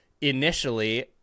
initially